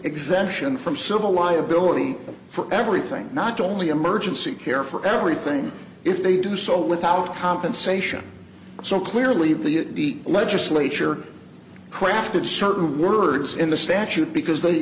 exemption from civil liability for everything not only emergency care for everything if they do so without compensation so clearly the legislature crafted certain words in the statute because they